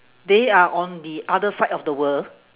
they are on the other side of the world